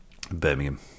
Birmingham